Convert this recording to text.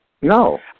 No